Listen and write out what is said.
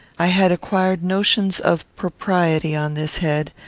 i had acquired notions of propriety on this head,